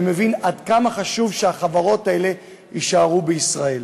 ומבין עד כמה חשוב שהחברות האלה יישארו בישראל.